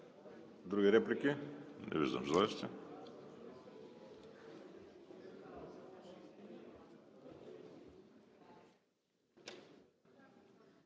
Друга реплика? Не виждам желаещи.